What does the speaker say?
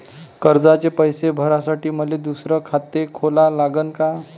कर्जाचे पैसे भरासाठी मले दुसरे खाते खोला लागन का?